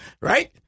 Right